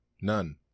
None